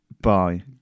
Bye